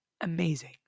Amazing